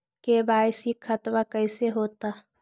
KYC खतबा कैसे होता?